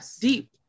deep